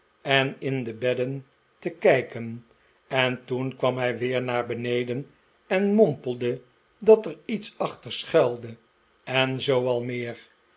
en in de bedden te kijken en toen kwam hij weer naar beneden en mompelde dat er lets achter schuilde en zoo al meer